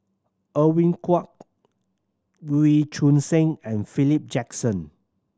Edwin Koek Wee Choon Seng and Philip Jackson